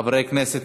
חברי הכנסת,